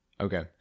Okay